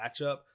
matchup